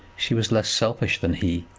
she was less selfish than he,